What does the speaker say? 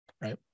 right